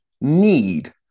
need